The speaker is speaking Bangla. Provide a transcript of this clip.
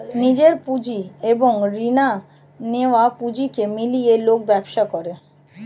নিজের পুঁজি এবং রিনা নেয়া পুঁজিকে মিলিয়ে লোক ব্যবসা করে